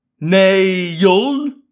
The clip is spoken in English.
Nail